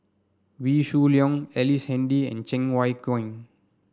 Wee Shoo Leong Ellice Handy and Cheng Wai Keung